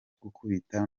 gukubita